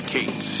Kate